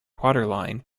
waterline